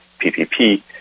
PPP